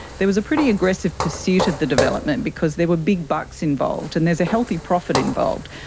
there was a pretty aggressive pursuit of the development because there were big bucks involved and there's a healthy profit involved,